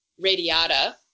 radiata